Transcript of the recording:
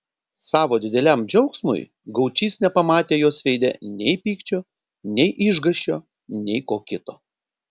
savo dideliam džiaugsmui gaučys nepamatė jos veide nei pykčio nei išgąsčio nei ko kito